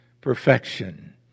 perfection